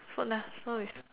food lah so is